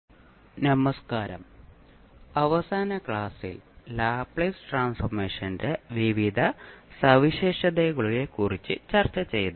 å നമസ്കാരം അവസാന ക്ലാസ്സിൽ ലാപ്ലേസ് ട്രാൻസ്ഫോർമേഷന്റെ വിവിധ സവിശേഷതകളെക്കുറിച്ച് ചർച്ചചെയ്തു